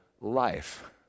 life